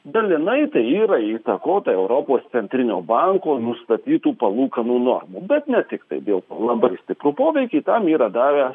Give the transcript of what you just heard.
dalinai tai yra įtakota europos centrinio banko nustatytų palūkanų normų bet ne tiktai dėl labai stiprų poveikį tam yra davęs